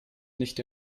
nicht